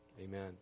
amen